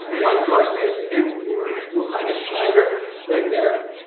juan garces and ulrich johannes schneider right there.